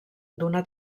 d’una